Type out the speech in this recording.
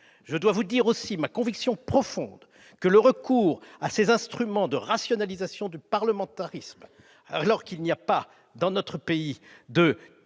Je dois vous dire aussi ma conviction profonde que le recours à ces instruments de rationalisation du parlementarisme, alors qu'il n'y a pas, dans notre pays, de